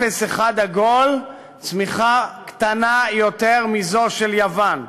אפס אחד עגול, צמיחה קטנה יותר מזו של יוון.